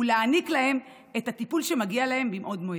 ולהעניק להם את הטיפול שמגיע להם מבעוד מועד?